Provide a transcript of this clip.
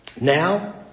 Now